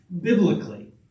biblically